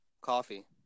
coffee